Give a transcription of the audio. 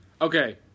Okay